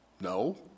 No